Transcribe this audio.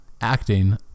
acting